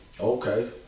Okay